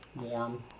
Warm